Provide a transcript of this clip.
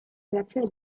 creazione